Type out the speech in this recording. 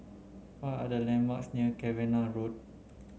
what are the landmarks near Cavenagh Road